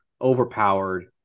overpowered